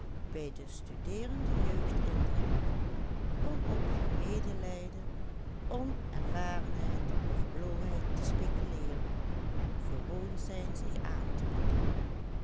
gewoon zijn zich aan te bieden